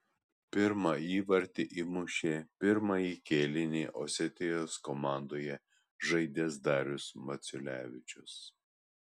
pirmą įvartį įmušė pirmąjį kėlinį osetijos komandoje žaidęs darius maciulevičius